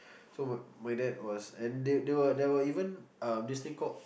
so my my dad was and there there there were even um this thing called